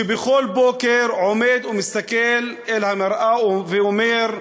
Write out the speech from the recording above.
שבכל בוקר עומד ומסתכל במראה ואומר: